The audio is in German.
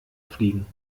fliegen